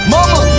Mama